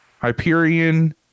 Hyperion